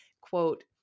quote